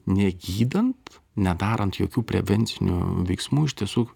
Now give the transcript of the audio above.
negydant nedarant jokių prevencinių veiksmų iš tiesų